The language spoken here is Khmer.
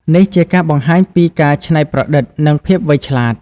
នេះជាការបង្ហាញពីការច្នៃប្រឌិត និងភាពវៃឆ្លាត។